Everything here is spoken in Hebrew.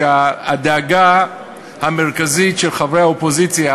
והדאגה המרכזית של חברי האופוזיציה